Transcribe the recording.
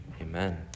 amen